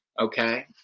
okay